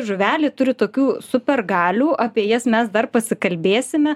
žuvelė turi tokių supergalių apie jas mes dar pasikalbėsime